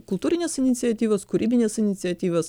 kultūrines iniciatyvas kūrybines iniciatyvas